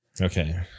Okay